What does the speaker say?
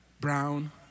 Brown